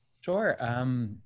Sure